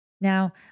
Now